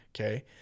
Okay